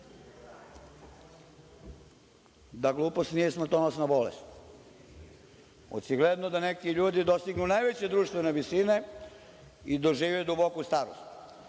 da glupost nije smrtonosna bolest. Očigledno da neki ljudi dostignu najviše društvene visine i dožive duboku starost.